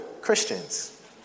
Christians